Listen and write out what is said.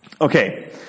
Okay